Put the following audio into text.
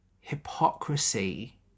hypocrisy